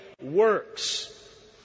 works